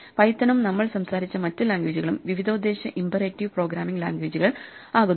പൈത്തണും നമ്മൾ സംസാരിച്ച മറ്റ് ലാംഗ്വേജുകളും വിവിധോദ്ദേശ്യ ഇമ്പരെറ്റിവ് പ്രോഗ്രാമിങ് ലാംഗ്വേജുകൾ ആകുന്നു